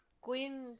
Queen